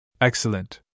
Excellent